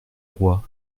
roi